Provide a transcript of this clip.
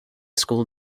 school